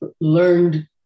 learned